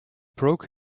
broke